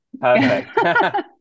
Perfect